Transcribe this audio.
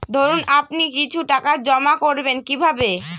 ধরুন আপনি কিছু টাকা জমা করবেন কিভাবে?